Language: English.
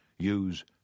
Use